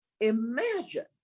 imagine